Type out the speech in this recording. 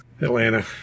Atlanta